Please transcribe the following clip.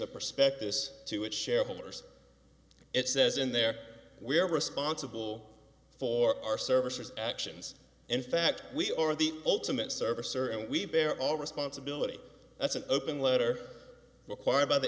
a prospectus to which shareholders it says in there we are responsible for our services actions in fact we are the ultimate service sir and we bear all responsibility that's an open letter required by the